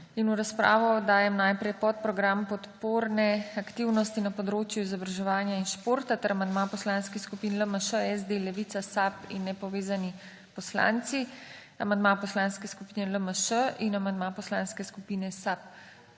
V razpravo dajem najprej podprogram Podporne aktivnosti na področju izobraževanja in športa ter amandma poslanskih skupin LMŠ, SD, Levica, SAB in nepovezani poslanci, amandma Poslanske skupine LMŠ in amandma Poslanske skupine SAB.